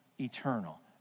eternal